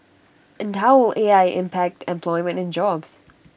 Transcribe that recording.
and how will A I impact employment and jobs